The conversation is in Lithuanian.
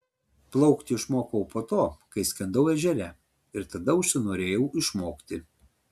plaukti išmokau po to kai skendau ežere ir tada užsinorėjau išmokti